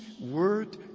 word